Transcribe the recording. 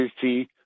see